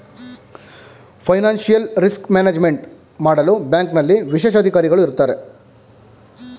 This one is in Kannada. ಫೈನಾನ್ಸಿಯಲ್ ರಿಸ್ಕ್ ಮ್ಯಾನೇಜ್ಮೆಂಟ್ ಮಾಡಲು ಬ್ಯಾಂಕ್ನಲ್ಲಿ ವಿಶೇಷ ಅಧಿಕಾರಿಗಳು ಇರತ್ತಾರೆ